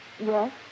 Yes